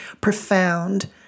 profound